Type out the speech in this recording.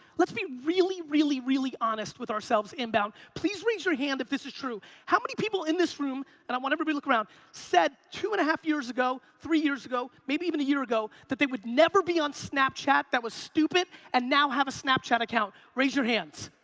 let's be really, really, really honest with ourselves, inbound. please raise your hand if this is true. how many people in this room, and i want everybody to look around, said two and a half years ago, three years ago, maybe even a year ago, that they would never be on snapchat, that was stupid, and now have a snapchat account? raise your hands.